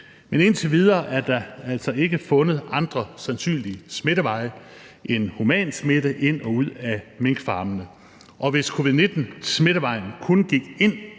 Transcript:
Men indtil videre er der altså ikke fundet andre sandsynlige smitteveje end humansmitte ind og ud af minkfarmene. Og hvis covid-19-smittevejene kun gik ind